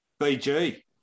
BG